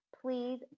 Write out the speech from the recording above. Please